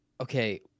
Okay